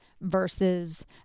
versus